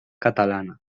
catalana